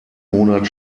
monat